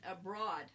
abroad